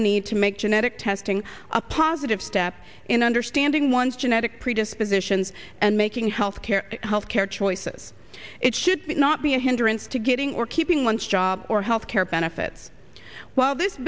the need to make genetic testing a positive step in understanding one's genetic predispositions and making health care health care choices it should not be a hindrance to getting or keeping one's job or health care benefits while this